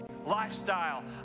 Lifestyle